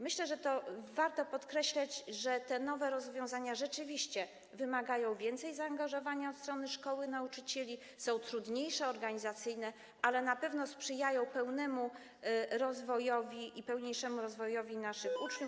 Myślę, że to warto podkreślać, że te nowe rozwiązania rzeczywiście wymagają więcej zaangażowania ze strony szkoły, nauczycieli, są trudniejsze organizacyjne, ale na pewno sprzyjają pełniejszemu rozwojowi naszych uczniów.